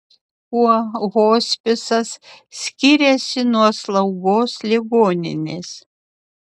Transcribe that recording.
kuo hospisas skiriasi nuo slaugos ligoninės